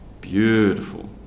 Beautiful